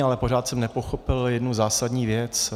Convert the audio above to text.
Ale pořád jsem nepochopil jednu zásadní věc.